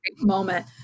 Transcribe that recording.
moment